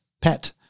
pet